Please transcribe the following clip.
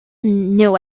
knew